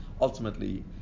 ultimately